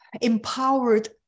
empowered